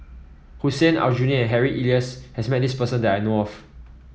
Hussein Aljunied and Harry Elias has met this person that I know of